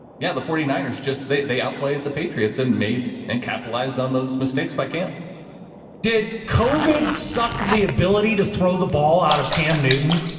yeah, the forty nine ers just, they they outplay the patriots and made and capitalize on those mistakes by cam did adam covid suck the ability to throw the ball out of cam newton.